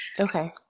Okay